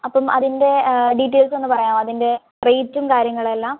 അപ്പം അതിൻ്റെ ഡീറ്റെയിൽസ് ഒന്ന് പറയാമോ അതിൻ്റെ റേറ്റും കാര്യങ്ങളെല്ലാം